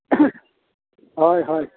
ᱦᱳᱭ ᱦᱳᱭ